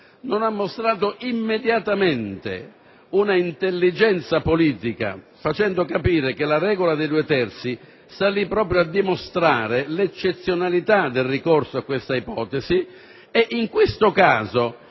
non ha mostrato immediatamente intelligenza politica, facendo capire che la regola dei due terzi sta proprio a dimostrare l'eccezionalità del ricorso a questa ipotesi. In questo caso